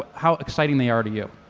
how exciting they are are to you.